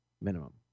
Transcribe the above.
minimum